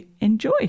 enjoy